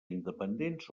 independents